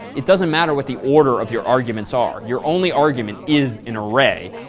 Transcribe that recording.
it doesn't matter what the order of your arguments are. your only argument is in array,